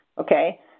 Okay